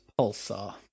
Pulsar